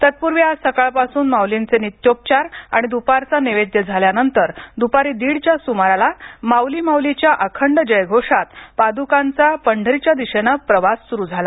तत्पूर्वी आज सकाळपासून माऊलींचे नित्योपचार आणि द्पारचा नैवेद्य झाल्यानंतर द्पारी दीड च्या सुमारास माउली माउली च्या अखंड जयघोषात पादुकांचा पंढरीच्या दिशेनं प्रवास सुरु झाला